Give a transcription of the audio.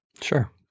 Sure